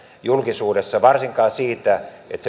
julkisuudessa varsinkaan siitä että